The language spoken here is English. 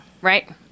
Right